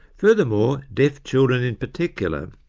furthermore, deaf children in particular,